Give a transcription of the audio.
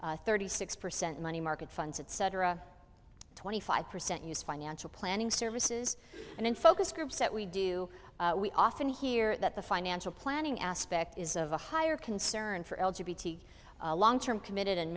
thirty six percent money market funds etc twenty five percent use financial planning services and in focus groups that we do we often hear that the financial planning aspect is of a higher concern for bt long term committed and